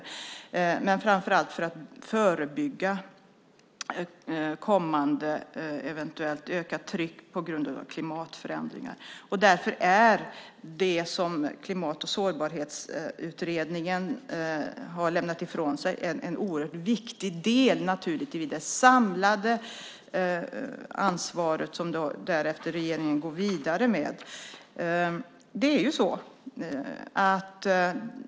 Men det handlar framför allt om att förebygga ett eventuellt kommande ökat tryck på grund av klimatförändringar. Därför är naturligtvis det som Klimat och sårbarhetsutredningen har lämnat ifrån sig en oerhört viktig del i det samlade ansvaret när regeringen därefter går vidare med detta.